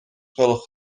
gwelwch